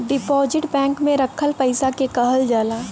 deposit bank में रखल पइसा के कहल जाला